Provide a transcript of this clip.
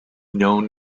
known